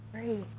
Great